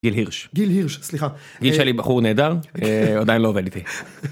גיל הירש. גיל הירש סליחה, גיל שלי בחור נהדר עדיין לא עובד איתי.